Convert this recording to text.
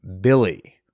Billy